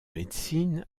médecine